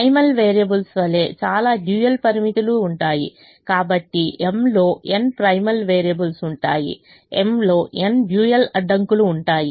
primal variables వలె చాలా dual పరిమితులు ఉంటాయి కాబట్టి m లో n ప్రైమల్ వేరియబుల్స్ ఉంటాయి m లో n డ్యూయల్ అడ్డంకులు ఉంటాయి